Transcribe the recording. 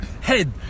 head